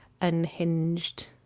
unhinged